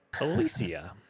Alicia